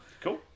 cool